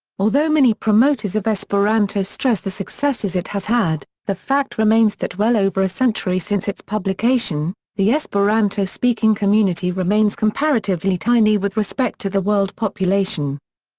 although many promoters of esperanto stress the successes it has had, the fact remains that well over a century since its publication, the esperanto-speaking community remains comparatively tiny with respect to the world population.